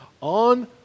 on